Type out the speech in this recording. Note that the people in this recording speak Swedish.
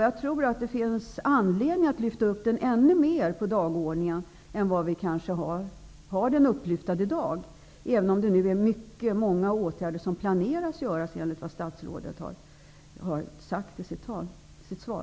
Jag tror att det finns anledning att lyfta upp den på dagordningen i än högre grad än vad som kanske gäller i dag -- även om många åtgärder planeras, som statsrådet säger i sitt svar.